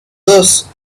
those